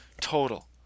total